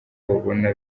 babona